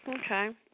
okay